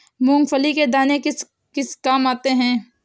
मूंगफली के दाने किस किस काम आते हैं?